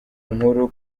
inkuru